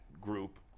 group